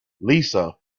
lisa